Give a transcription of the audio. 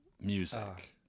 music